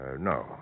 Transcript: No